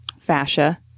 fascia